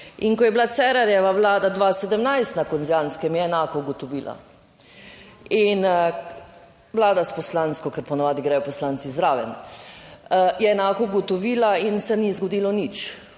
In ko je bila Cerarjeva vlada 2017 na Kozjanskem, je enako ugotovila. In vlada s poslansko, ker po navadi gredo poslanci zraven, je enako ugotovila in se ni zgodilo nič.